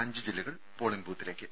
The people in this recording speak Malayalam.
അഞ്ച് ജില്ലകൾ പോളിംഗ് ബൂത്തിലേക്ക്